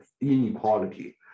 inequality